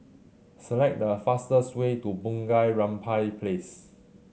select the fastest way to Bunga Rampai Place